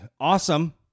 Awesome